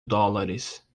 dólares